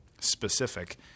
specific